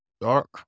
dark